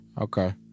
Okay